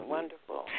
Wonderful